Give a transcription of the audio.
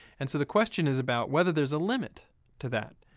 and so the question is about whether there's a limit to that.